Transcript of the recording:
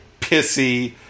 pissy